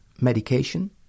medication